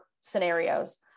scenarios